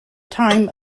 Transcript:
time